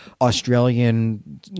Australian